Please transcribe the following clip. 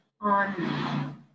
on